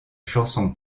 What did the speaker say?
chanson